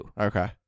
Okay